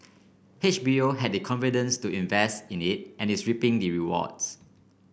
H B O had the confidence to invest in it and is reaping the rewards